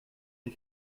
les